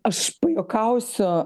aš pajuokausiu